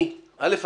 אל"ף,